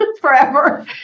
forever